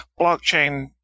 blockchain